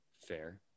Fair